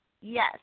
Yes